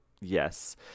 yes